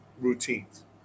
routines